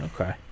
Okay